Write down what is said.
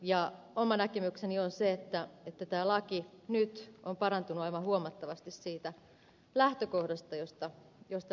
ja oma näkemykseni on se että tämä laki on nyt parantunut aivan huomattavasti siitä lähtökohdasta josta liikkeelle lähdettiin